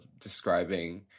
describing